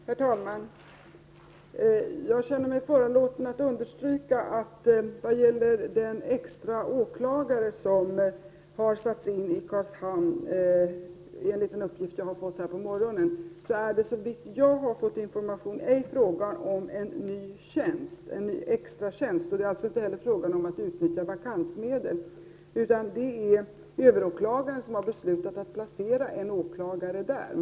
Herr talman! Jag känner mig föranlåten att understryka att vad gäller den extra åklagare som har satts in Karlshamn, enligt den uppgift jag har fått nu på morgonen, är det såvitt jag vet ej fråga om en ny extratjänst. Det är alltså inte heller fråga om att utnyttja vakansmedel. Överåklagaren har beslutat att placera en åklagare där.